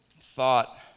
thought